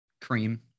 Cream